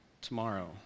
tomorrow